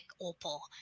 opal